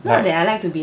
like